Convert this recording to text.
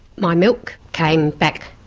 my milk came back,